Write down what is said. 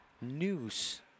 News